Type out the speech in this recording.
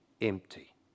empty